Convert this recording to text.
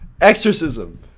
Exorcism